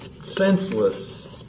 senseless